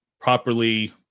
properly